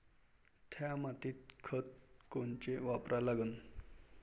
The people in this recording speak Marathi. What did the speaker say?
थ्या मातीत खतं कोनचे वापरा लागन?